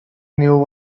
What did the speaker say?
new